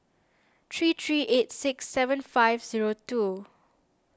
three three eight six seven five zero two